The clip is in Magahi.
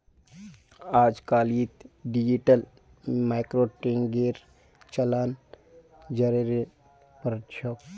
अजकालित डिजिटल मार्केटिंगेर चलन ज़ोरेर पर छोक